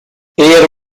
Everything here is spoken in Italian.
era